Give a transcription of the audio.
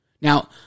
Now